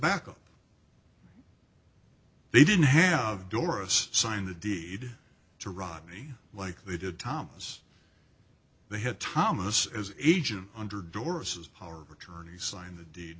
backup they didn't have doris signed the deed to rodney like they did thomas they had thomas as agent under doris's power of attorney signed the deed